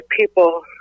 people